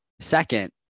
Second